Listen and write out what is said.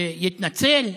ויתנצל?